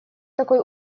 такой